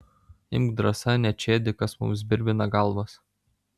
imk drąsa nečėdyk kas mums birbina galvas